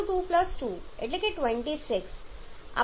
12 × 2 2 એટલે કે 26